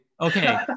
Okay